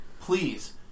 please